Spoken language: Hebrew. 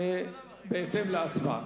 בהתאם להצבעה.